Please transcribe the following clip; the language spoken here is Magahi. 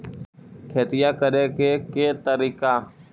खेतिया करेके के तारिका?